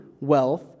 wealth